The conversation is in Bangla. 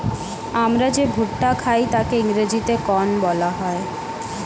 আমরা যে ভুট্টা খাই তাকে ইংরেজিতে কর্ন বলা হয়